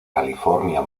california